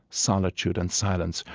solitude, and silence,